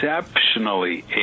exceptionally